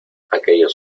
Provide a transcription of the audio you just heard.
aquellos